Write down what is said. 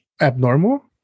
abnormal